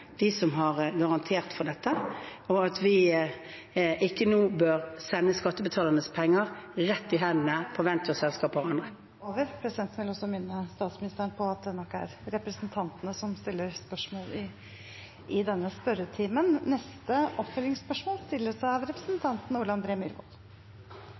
har garantert for dette – og at vi ikke nå bør sende skattebetalernes penger rett i hendene på ventureselskapene. Da er taletiden over. Presidenten vil også minne statsministeren på at det nok er representantene som stiller spørsmål i den muntlige spørretimen. Ole André Myhrvold – til oppfølgingsspørsmål.